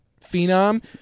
phenom